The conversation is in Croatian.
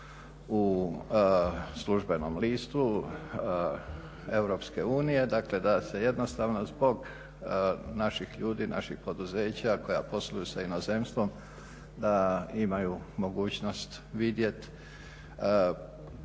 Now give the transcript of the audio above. u službenom listu EU dakle da se jednostavno zbog naših ljudi, naših poduzeća koja posluju sa inozemstvom da imaju mogućnost vidjet